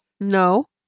No